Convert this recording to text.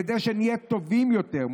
כדי שנהיה טובים יותר,